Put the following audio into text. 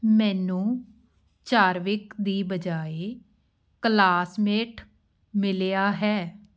ਮੈਨੂੰ ਚਾਰਵਿਕ ਦੀ ਬਜਾਏ ਕਲਾਸਮੇਟ ਮਿਲਿਆ ਹੈ